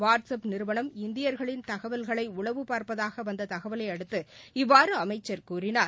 what's up நிறுவனம் இந்தியர்களின் தகவல்களை உளவு பார்த்ததாக வந்த தகவலையடுத்து இவ்வாறு அமைச்சர் கூறினார்